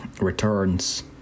Returns